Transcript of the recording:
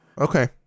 Okay